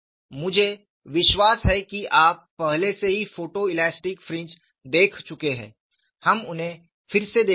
मुझे विश्वास है कि आप पहले से ही फोटोइलास्टिक फ्रिंज देख चुके हैं हम उन्हें फिर से देखेंगे